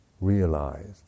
realized